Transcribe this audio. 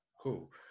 Cool